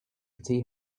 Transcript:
tea